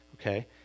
Okay